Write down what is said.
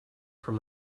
from